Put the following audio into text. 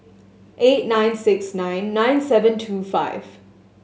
eight nine six nine nine seven two five